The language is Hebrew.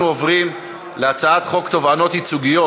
אנחנו עוברים להצעת חוק תובענות ייצוגיות